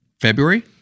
February